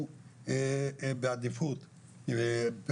וטוב מאוד שהנושא הזה עולה.